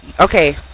Okay